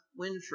Winfrey